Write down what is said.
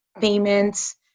payments